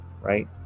right